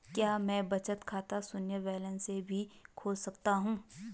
क्या मैं बचत खाता शून्य बैलेंस से भी खोल सकता हूँ?